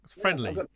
Friendly